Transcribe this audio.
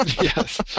Yes